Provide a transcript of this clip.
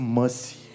mercy